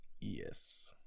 yes